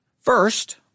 First